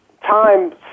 time